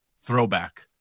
throwback